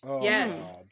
Yes